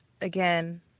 again